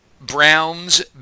Browns